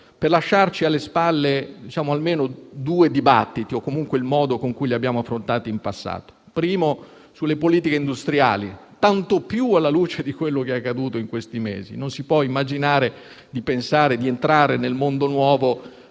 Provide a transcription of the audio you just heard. per lasciarci alle spalle almeno due dibattiti, o comunque il modo con cui li abbiamo affrontati in passato. Mi riferisco anzitutto a quello sulle politiche industriali, tanto più alla luce di quanto accaduto in questi mesi. Non si può immaginare di entrare nel mondo nuovo